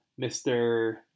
Mr